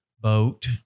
boat